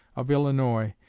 of illinois,